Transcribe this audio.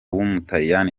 w’umutaliyani